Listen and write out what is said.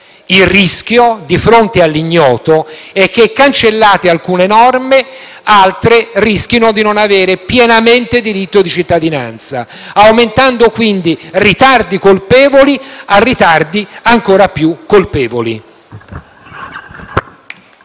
Il rischio, di fronte all’ignoto, è che cancelliate alcune norme e che altre rischino di non avere pienamente diritto di cittadinanza, sommando quindi ritardi colpevoli a ritardi ancora più colpevoli.